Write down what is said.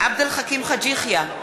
עבד אל חכים חאג' יחיא,